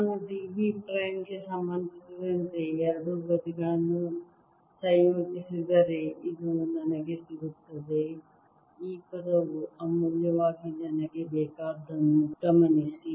ನಾನು d v prime ಗೆ ಸಂಬಂಧಿಸಿದಂತೆ ಎರಡೂ ಬದಿಗಳನ್ನು ಸಂಯೋಜಿಸಿದರೆ ಇದು ನನಗೆ ಸಿಗುತ್ತದೆ ಈ ಪದವು ಅಮೂಲ್ಯವಾಗಿ ನನಗೆ ಬೇಕಾದುದನ್ನು ಗಮನಿಸಿ